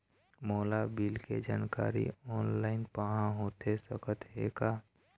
मोला बिल के जानकारी ऑनलाइन पाहां होथे सकत हे का?